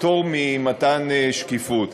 פטור ממתן שקיפות.